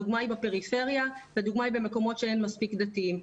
הדוגמה היא בפריפריה והדוגמה היא במקומות שאין מספיק דתיים.